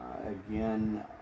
Again